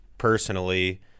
personally